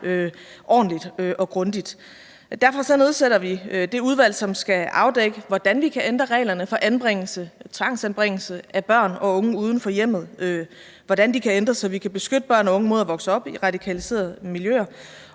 ordentligt og grundigt. Derfor nedsætter vi det udvalg, som skal afdække, hvordan vi kan ændre reglerne for tvangsanbringelse af børn og unge uden for hjemmet, så vi kan beskytte børn og unge mod at vokse op i radikaliserede miljøer.